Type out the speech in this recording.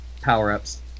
power-ups